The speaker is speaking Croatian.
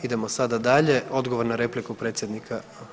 Idemo sada dalje odgovor na repliku predsjednika.